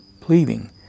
pleading